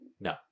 No